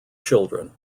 children